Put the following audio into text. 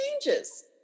changes